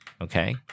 Okay